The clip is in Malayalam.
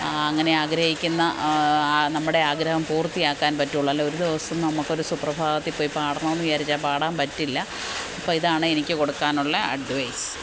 അങ്ങനെ ആഗ്രഹിക്കുന്ന നമ്മുടെ ആഗ്രഹം പൂർത്തിയാക്കാൻ പറ്റുകയുള്ളൂ അല്ലെങ്കില് ഒരു ദിവസം നമുക്കൊരു സുപ്രഭാതത്തിൽ പോയി പാടണമെന്നു വിചാരിച്ചാല് പോയി പാടാൻ പറ്റില്ല അപ്പോള് ഇതാണ് എനിക്ക് കൊടുക്കാനുള്ള അഡ്വൈസ്